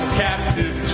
captive